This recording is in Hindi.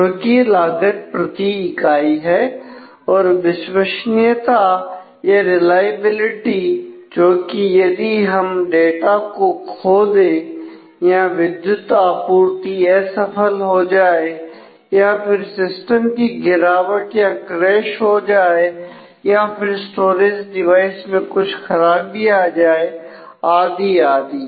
जोकि लागत प्रति इकाई है और विश्वसनीयता या रिलायबिलिटी हो जाए या फिर स्टोरेज डिवाइस में कुछ खराबी आ जाए आदि आदि